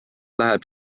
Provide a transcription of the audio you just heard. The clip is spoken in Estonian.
läheb